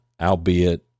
albeit